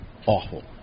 awful